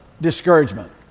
discouragement